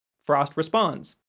frost responds,